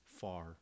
far